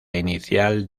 inicial